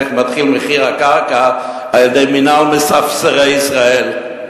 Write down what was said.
איך מתחיל מחיר הקרקע על-ידי מינהל מספסרי ישראל.